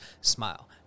smile